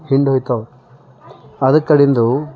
ಹಿಂದುಳಿತಾವ್ ಅದಕ್ಕಡಿಂದು